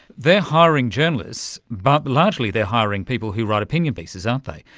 they are hiring journalists, but largely they are hiring people who write opinion pieces, aren't they,